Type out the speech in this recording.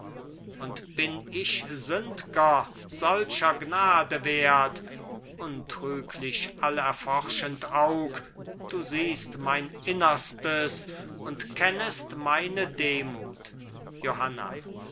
und bin ich sündger solcher gnade wert untrüglich allerforschend aug du siehst mein innerstes und kennest meine demut johanna